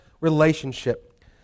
relationship